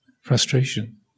frustration